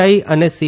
I અને C